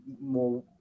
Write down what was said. more